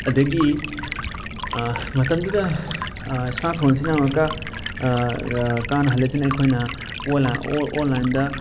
ꯑꯗꯒꯤ ꯃꯇꯝꯗꯨꯗ ꯏꯁꯃꯥꯔꯠ ꯐꯣꯟꯁꯤꯅ ꯑꯃꯨꯛꯀ ꯀꯥꯟꯅ ꯍꯜꯂꯤꯁꯤꯅ ꯑꯩꯈꯣꯏꯅ ꯑꯣꯟꯂꯥꯏꯟ ꯑꯣꯟꯂꯥꯏꯟꯗ